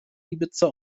ibiza